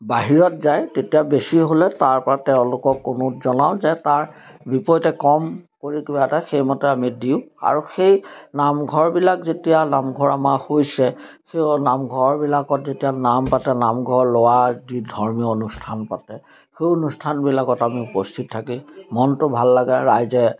বাহিৰত যায় তেতিয়া বেছি হ'লে তাৰপা তেওঁলোকক অনুৰোধ জনাওঁ যে তাৰ বিপৰীতে কম কৰি কিবা এটা সেইমতে আমি দিওঁ আৰু সেই নামঘৰবিলাক যেতিয়া নামঘৰ আমাৰ হৈছে সেই নামঘৰবিলাকত যেতিয়া নাম পাতে নামঘৰ লোৱাৰ যি ধৰ্মীয় অনুষ্ঠান পাতে সেই অনুষ্ঠানবিলাকত আমি উপস্থিত থাকি মনটো ভাল লাগে ৰাইজে